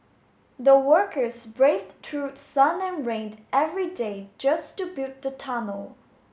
the workers braved through sun and rain every day just to build the tunnel